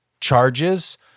charges